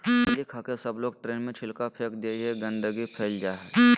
मूँगफली खाके सबलोग ट्रेन में छिलका फेक दे हई, गंदगी फैल जा हई